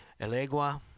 Elegua